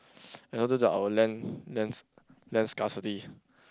and due to our land land land scarcity